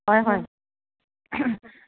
হয় হয়